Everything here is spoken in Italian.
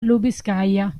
lubiskaja